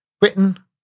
Britain